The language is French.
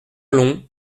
long